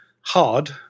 hard